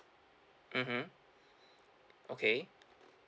mmhmm okay